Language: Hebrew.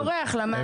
בורח למענקים.